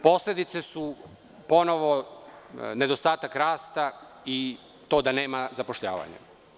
Posledice su ponovo nedostatak rasta i to da nema zapošljavanja.